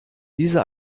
diese